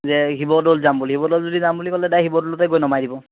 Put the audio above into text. যে শিৱদৌল যাম বুলি শিৱদৌল যদি যাম বুলি ক'লে ডাইৰেক্ট শিৱদৌলতে গৈ নমাই দিব